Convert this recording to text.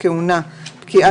התשמ"א-1985".